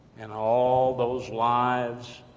and all of those lives,